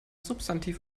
substantiv